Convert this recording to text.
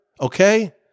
Okay